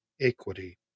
equity